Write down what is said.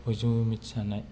बयजोंबो मिथिजानाय